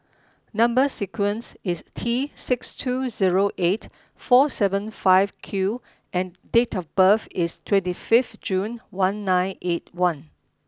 number sequence is T six two zero eight four seven five Q and date of birth is twenty fifth June one nine eight one